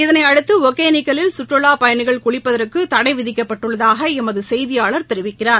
இதனையடுத்து ஒகனேக்கலில் சுற்றுலாப் பயணிகள் குளிப்பதற்கு தடை விதிக்கப்பட்டுள்ளதாக எமது செய்தியாளர் தெரிவிக்கிறார்